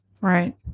Right